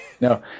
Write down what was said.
No